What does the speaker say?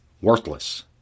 worthless